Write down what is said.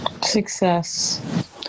Success